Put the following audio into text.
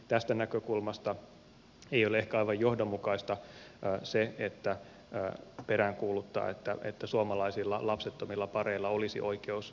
tästä näkökulmasta ei ole ehkä aivan johdonmukaista peräänkuuluttaa että suomalaisilla lapsettomilla pareilla olisi oikeus adoptiolapsiin